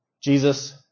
Jesus